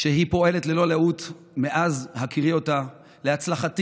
שהיא פועלת ללא לאות מאז הכירי אותה להצלחתי,